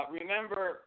remember